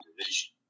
division